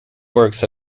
works